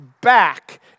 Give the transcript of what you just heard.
back